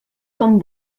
com